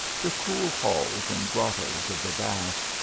the cool halls and grcttoes of the baths,